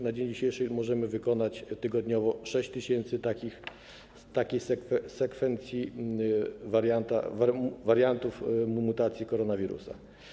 Na dzień dzisiejszy możemy wykonać tygodniowo 6 tys. takich sekwencji wariantów mutacji koronawirusa.